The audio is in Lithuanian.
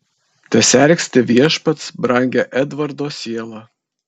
tesergsti viešpats brangią edvardo sielą